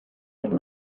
had